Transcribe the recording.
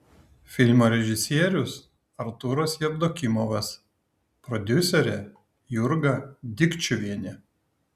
filmo režisierius artūras jevdokimovas prodiuserė jurga dikčiuvienė